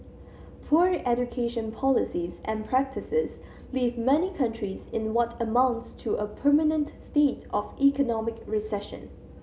poor education policies and practices leave many countries in what amounts to a permanent state of economic recession